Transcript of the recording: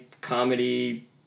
comedy